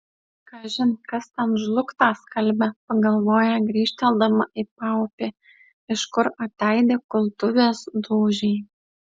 kažin kas ten žlugtą skalbia pagalvoja grįžteldama į paupį iš kur ataidi kultuvės dūžiai